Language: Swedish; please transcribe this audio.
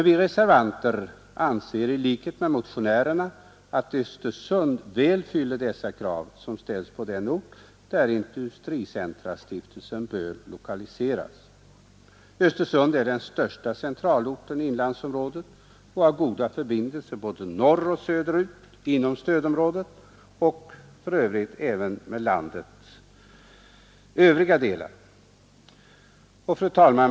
Vi reservanter anser, i likhet med motionärerna, att Östersund väl fyller de krav som ställs på den ort där industricentrastiftelsen bör lokaliseras. Östersund är den största centralorten i inlandsområdet och har goda förbindelser både mot norr och mot söder inom stödområdet och även med landets övriga delar. Fru talman!